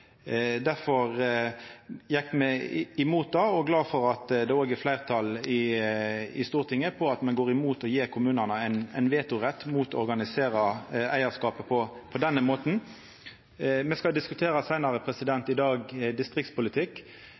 Derfor gjekk me imot det, og me er glade for at det òg er fleirtal i Stortinget mot å gje kommunane vetorett mot å organisera eigarskap på denne måten. Me skal seinare i dag diskutera distriktspolitikk,